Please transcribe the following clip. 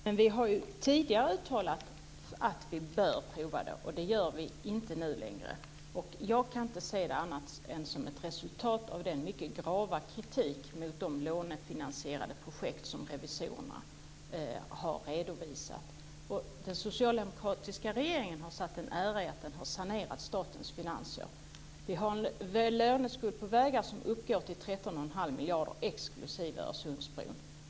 Fru talman! Vi har ju tidigare uttalat att vi bör prova det. Det gör vi inte nu längre. Jag kan inte se det som något annat än ett resultat av den mycket grava kritik mot de lånefinansierade projekten som revisorerna har redovisat. Den socialdemokratiska regeringen har satt en ära i att ha sanerat statens finanser. Vi har en låneskuld på vägar som uppgår till 13,5 miljarder, exklusive Öresundsbron.